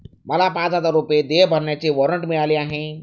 मला पाच हजार रुपये देय भरण्याचे वॉरंट मिळाले आहे